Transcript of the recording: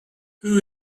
who